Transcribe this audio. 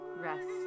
rest